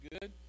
Good